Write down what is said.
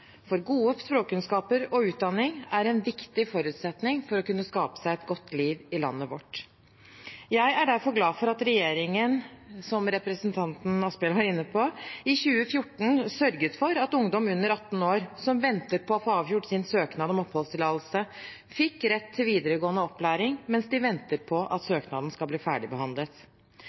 for gode språkkunnskaper og utdanning er en viktig forutsetning for å kunne skape seg et godt liv i landet vårt. Jeg er derfor glad for at regjeringen, som representanten Asphjell var inne på, i 2014 sørget for at ungdom under 18 år som venter på å få avgjort sin søknad om oppholdstillatelse, fikk rett til videregående opplæring mens de venter på at søknaden skal bli ferdigbehandlet.